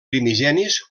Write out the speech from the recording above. primigenis